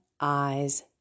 eyes